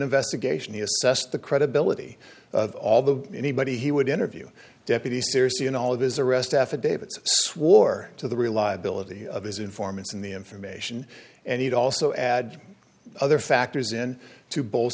investigation he assessed the credibility of all the anybody he would interview deputy seriously and all of his arrest affidavit swore to the reliability of his informants and the information and it also adds other factors in to bols